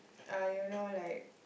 uh you know like